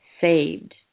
saved